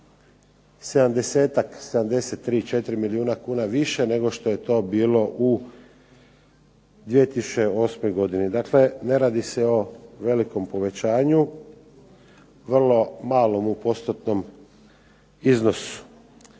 73, četiri milijuna kuna više nego što je to bilo u 2008. godini. Dakle, ne radi se o velikom povećanju, vrlo malom u postotnom iznosu.